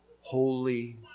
Holy